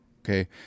Okay